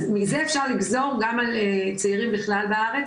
מזה אפשר לגזור גם על צעירים בכלל בארץ,